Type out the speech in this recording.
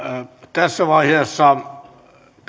tässä vaiheessa